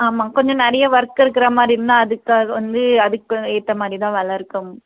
ஆமாம் கொஞ்சம் நிறைய ஒர்க் இருக்கிற மாதிரி இருந்தால் அதுக்காக வந்து அதுக்கு ஏற்ற மாதிரி தான் வில இருக்கும்